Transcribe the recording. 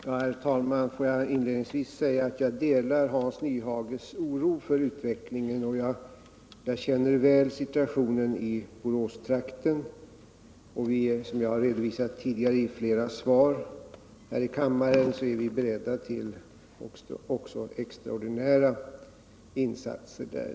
Herr talman! Får jag inledningsvis säga att jag delar Hans Nyhages oro för utvecklingen. Jag känner väl situationen i Boråstrakten, och som jag redovisat tidigare i flera svar här i kammaren är vi också beredda till extraordinära insatser där.